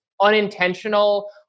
unintentional